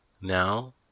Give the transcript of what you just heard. Now